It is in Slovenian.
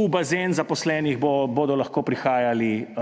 v bazen zaposlenih bodo lahko prihajali